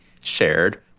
shared